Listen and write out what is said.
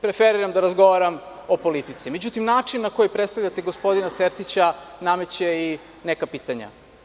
Preferiram da razgovaram o politici, međutim način na koji predstavljate gospodina Sertića nameće i neka pitanja.